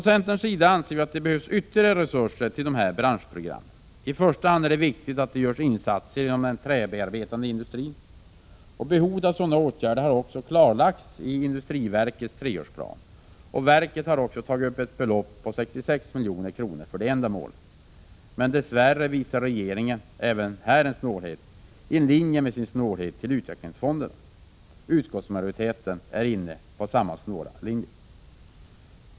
Centern anser att det behövs ytterligare resurser till dessa branschprogram. I första hand är det viktigt att det görs insatser inom den träbearbetande industrin. Behovet av sådana åtgärder har klarlagts i SIND:s treårsplan, och verket har också tagit upp ett belopp på 66 milj.kr. för ändamålet. Dess värre visar regeringen även här en snålhet i linje med sin snålhet mot utvecklingsfonderna. Utskottsmajoriteten är inne på samma snåla linje.